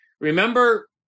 remember